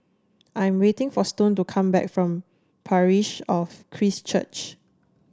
I am waiting for Stone to come back from Parish of Christ Church